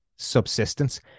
subsistence